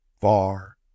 far